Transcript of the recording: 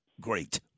great